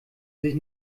sich